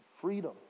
freedom